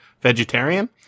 vegetarian